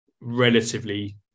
relatively